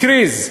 הכריז: